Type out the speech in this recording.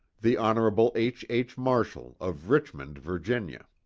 the hon. h. h. marshall, of richmond, virginia.